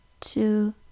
two